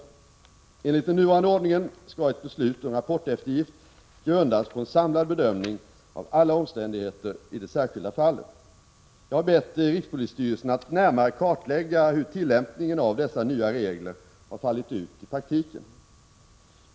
Enligt den nuvarande ordningen skall ett beslut om rapporteftergift grundas på en samlad bedömning av alla omständigheter i det särskilda fallet. Jag har bett rikspolisstyrelsen att närmare kartlägga hur tillämpningen av dessa nya regler har fallit ut i praktiken.